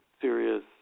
serious